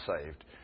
saved